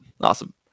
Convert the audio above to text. Awesome